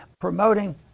Promoting